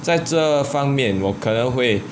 在这方面我可能会:zai zhe fangng mian wo ke neng hui